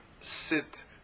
sit